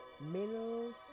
minerals